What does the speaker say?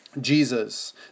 Jesus